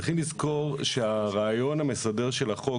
צריכים לזכור שהרעיון המסדר של החוק,